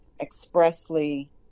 expressly